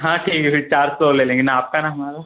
हाँ ठीक है फिर चार सौ ले लेंगे ना आपका ना हमारा